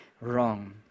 wrong